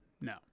no